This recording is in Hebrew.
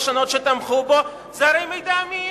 השונות שתמכו בו: זה הרי מידע אמין,